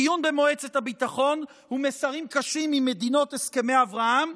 דיון במועצת הביטחון ומסרים קשים ממדינות הסכמי אברהם,